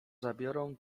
zabiorą